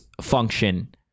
function